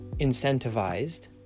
incentivized